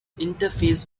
interface